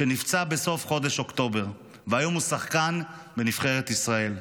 שנפצע בסוף חודש אוקטובר והיום הוא שחקן בנבחרת ישראל.